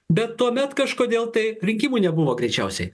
bet tuomet kažkodėl tai rinkimų nebuvo greičiausiai